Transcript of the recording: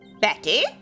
Betty